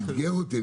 הוא איתגר אותי,